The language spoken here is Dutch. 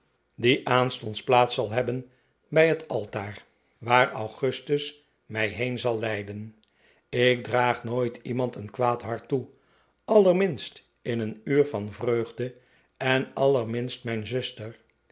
die aanstonds plaats zal hebben bij het altaar waar augustus mij heen zal leiden ik draag nooit iemand een kwaad hart toe allerminst in een uur van vreugde en allerminst mijn zuster